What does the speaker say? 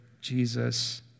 Jesus